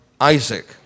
Isaac